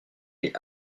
les